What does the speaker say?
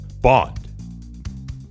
Bond